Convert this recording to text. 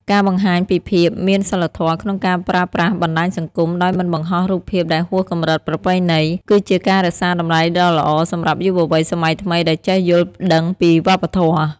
ការបង្ហាញពីភាព "មានសីលធម៌ក្នុងការប្រើប្រាស់បណ្ដាញសង្គម" ដោយមិនបង្ហោះរូបភាពដែលហួសកម្រិតប្រពៃណី គឺជាការរក្សាតម្លៃដ៏ល្អសម្រាប់យុវវ័យសម័យថ្មីដែលចេះយល់ដឹងពីវប្បធម៌។